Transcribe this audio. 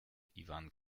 iwan